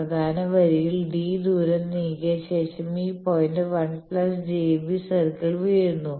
പ്രധാന വരിയിൽ d ദൂരം നീക്കിയ ശേഷം ഈ പോയിന്റ് 1 j B സർക്കിൾളിൽ വീഴുന്നു